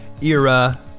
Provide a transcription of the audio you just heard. era